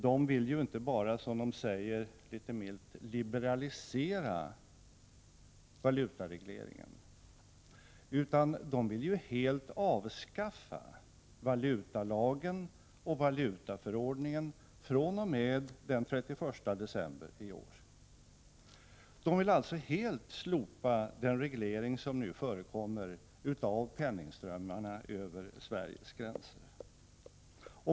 De vill inte bara, som de litet milt säger, liberalisera valutaregleringen, utan de vill helt avskaffa valutalagen och valutaförordningen fr.o.m. den 31 december i år. De vill alltså helt slopa den nuvarande regleringen av penningströmmarna över Sveriges gränser.